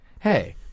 Hey